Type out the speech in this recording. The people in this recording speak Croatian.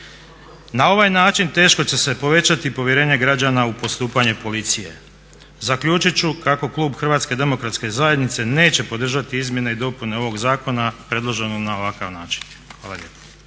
Na ovaj način teško će se povećati povjerenje građana u postupanje policije. Zaključit ću kako klub Hrvatske demokratske zajednice neće podržati izmjene i dopune ovog zakona predloženog na ovakav način.